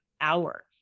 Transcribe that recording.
hour